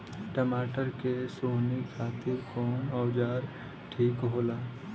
टमाटर के सोहनी खातिर कौन औजार ठीक होला?